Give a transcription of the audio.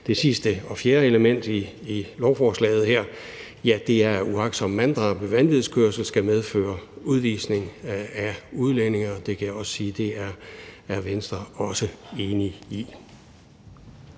Det fjerde og sidste element i lovforslaget er, at uagtsomt manddrab ved vanvidskørsel skal medføre udvisning af udlændinge. Det kan jeg sige at Venstre også er enig i.